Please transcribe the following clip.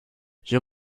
you